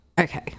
Okay